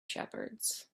shepherds